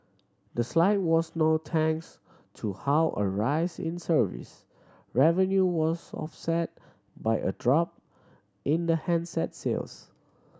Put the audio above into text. the slide was no thanks to how a rise in service revenue was offset by a drop in the handset sales